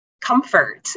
comfort